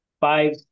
five